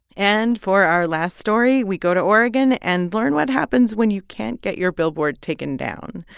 and for our last story, we go to oregon and learn what happens when you can't get your billboard taken down.